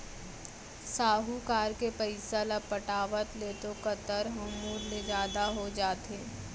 साहूकार के पइसा ल पटावत ले तो कंतर ह मूर ले जादा हो जाथे